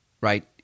right